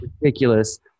ridiculous